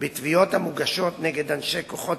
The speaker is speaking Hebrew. בתביעות המוגשות נגד אנשי כוחות